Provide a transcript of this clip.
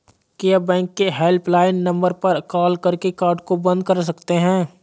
क्या बैंक के helpline number पर कॉल करके कार्ड को बंद करा सकते हैं?